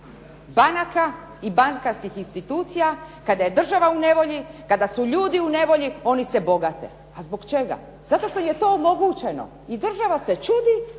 banaka i bankarskih institucija kada je država u nevolji, kada su ljudi u nevolji, oni se bogate. A zbog čega? Zato što im je to omogućeno i država se čudi,